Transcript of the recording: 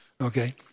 okay